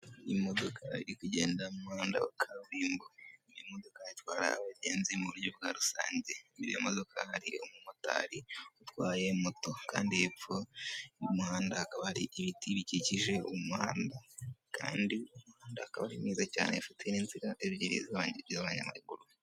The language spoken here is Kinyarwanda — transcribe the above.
Imodoka iri kugenda mu muhanda wa kaburimbo. Iyi modokadoka itwara abagenzi mu buryo bwa rusange. Imbere y'iyo modoka hari umumotari utwaye moto kandi hepfo y'umuhanda hakaba ari ibiti bikikije umuhanda kandi umuhanda akaba ari mwiza cyane ufite n' inzira ebyiri z'abanyamaguru.